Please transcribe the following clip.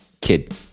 kid